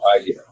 idea